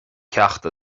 ceacht